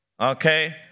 Okay